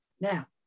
Now